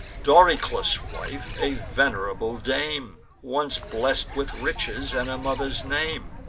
doryclus' wife, a venerable dame, once blest with riches, and a mother's name.